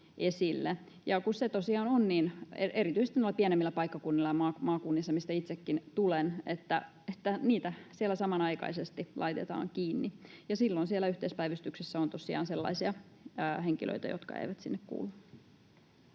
Kun se tosiaan on niin erityisesti noilla pienemmillä paikkakunnilla ja maakunnissa, mistä itsekin tulen, että niitä siellä samanaikaisesti laitetaan kiinni, niin silloin siellä yhteispäivystyksessä on tosiaan sellaisia henkilöitä, jotka eivät sinne kuulu.